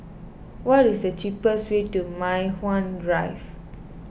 what is the cheapest way to Mei Hwan Drive